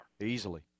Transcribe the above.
easily